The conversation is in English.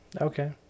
Okay